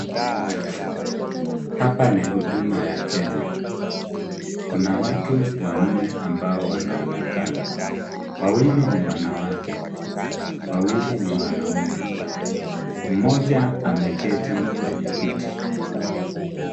Hapa ni huduma ya Kenya. Kuna watu wanne ambao wanaonekana. Wawili ni wanawake, wawili ni wanaume. Mmoja ameketi kwenye kiti.